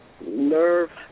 nerve